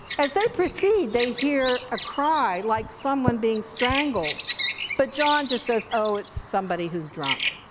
as they proceed they hear a cry like someone being strangled but john just says, oh it's somebody who's drunk.